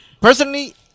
Personally